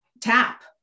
tap